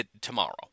tomorrow